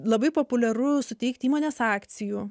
labai populiaru suteikti įmonės akcijų